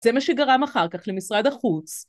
‫זה מה שגרם אחר כך למשרד החוץ.